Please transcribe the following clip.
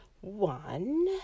One